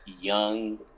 young